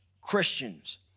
Christians